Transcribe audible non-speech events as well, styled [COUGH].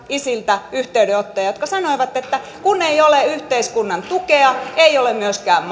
isiltä jotka sanoivat että kun ei ole yhteiskunnan tukea ei ole myöskään [UNINTELLIGIBLE]